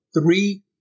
three